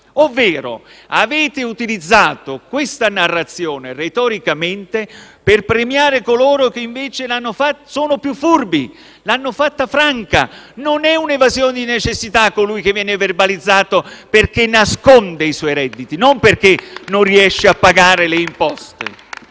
Avete utilizzato questa narrazione retoricamente per premiare coloro che invece sono più furbi e l'hanno fatta franca. Non è un'evasione di necessità quella di chi viene verbalizzato perché nasconde i suoi redditi e non perché non riesce a pagare le imposte.